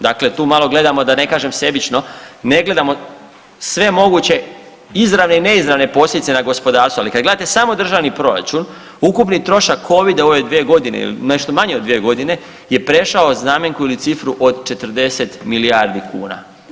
Dakle, tu malo gledamo da ne kažem sebično, ne gledamo sve moguće izravne i neizravne posljedice na gospodarstvo, ali kad gledate samo državni proračun ukupni trošak Covida u ove dvije godine ili nešto manje od dvije godine je prešao znamenku ili cifru od 40 milijardi kuna.